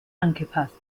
angepasst